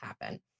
happen